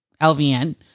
LVN